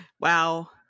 Wow